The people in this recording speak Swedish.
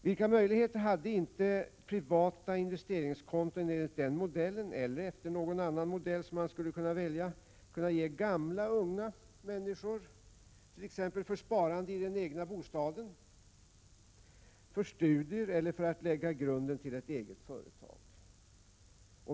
Vilka möjligheter hade inte privata investeringskonton enligt vår modell, eller enligt någon annan modell som man skulle kunnat välja, kunnat ge gamla och unga människor fört.ex. sparande i den egna bostaden, för studier eller för att lägga grunden för ett eget företag.